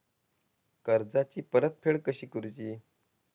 कर्जाची परतफेड कशी करूची?